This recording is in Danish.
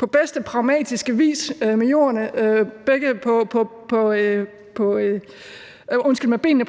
an med begge ben plantet